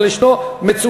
אבל ישנה מצוקה.